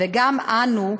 וגם אנו,